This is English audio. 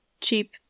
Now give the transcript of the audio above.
cheap